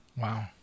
Wow